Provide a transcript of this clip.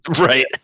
right